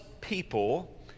people